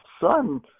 son